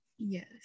yes